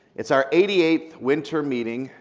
it's our eighty eighth winter meeting,